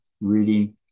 reading